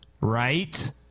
right